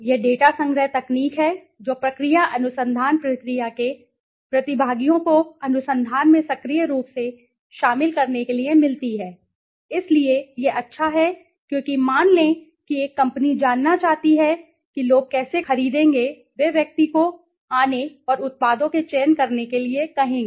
यह डेटा संग्रह तकनीक है जो प्रक्रिया अनुसंधान प्रक्रिया के प्रतिभागियों को अनुसंधान में सक्रिय रूप से शामिल करने के लिए मिलती है इसलिए यह अच्छा है क्योंकि मान लें कि एक कंपनी जानना चाहती है कि लोग कैसे खरीदेंगे वे व्यक्ति को आने और उत्पादों के चयन करने के लिए कहेंगे